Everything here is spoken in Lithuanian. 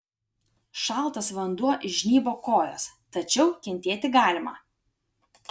šaltas vanduo žnybo kojas tačiau kentėti galima